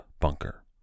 bunker